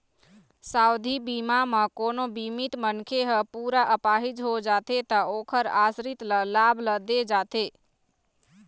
सावधि बीमा म कोनो बीमित मनखे ह पूरा अपाहिज हो जाथे त ओखर आसरित ल लाभ ल दे जाथे